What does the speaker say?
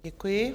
Děkuji.